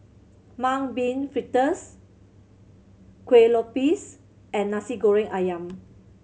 Mung Bean Fritters Kueh Lopes and Nasi Goreng Ayam